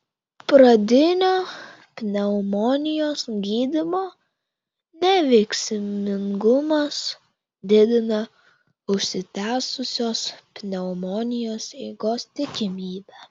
pradinio pneumonijos gydymo neveiksmingumas didina užsitęsusios pneumonijos eigos tikimybę